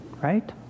right